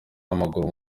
w’amaguru